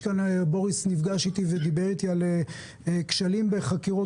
בוריס נפגש איתי ודיבר איתי על כשלים בחקירות